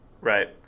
Right